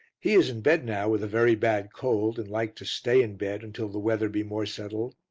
he is in bed now with a very bad cold, and like to stay in bed until the weather be more settled.